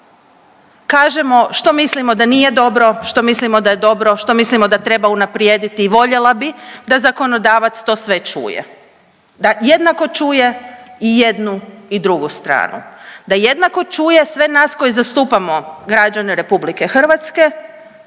kažemo što mislimo da nije dobro, što mislimo da je dobro, što mislimo da treba unaprijediti i voljela bi da zakonodavac to sve čuje, da jednako čuje i jednu i drugu stranu, da jednako čuje sve nas koji zastupamo građane RH koji govore